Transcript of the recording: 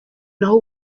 naho